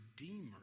redeemer